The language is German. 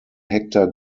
hektar